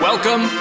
Welcome